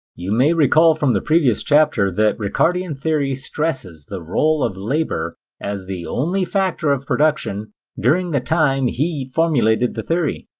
you may recall from the previous chapter that ricardian theory stresses the role of labor as the only factor of production during the time he formulated the theory.